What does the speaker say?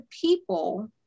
people